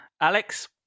Alex